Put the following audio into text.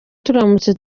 turamutse